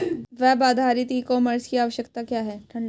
Web आधारित e commerce की आवश्यकता क्या है?